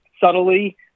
subtly